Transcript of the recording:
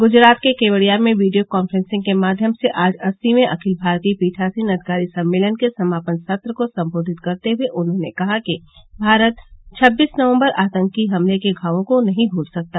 गुजरात के केवडिया में video conferencing के माध्यम से आज अस्सीवें अखिल भारतीय पीठासीन अधिकारी सम्मेलन के समापन सत्र को संबोधित करते हुए उन्होंने कहा कि भारत छब्बीस नवम्बर आतंकी हमले के घावों को नहीं भूल सकता